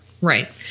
Right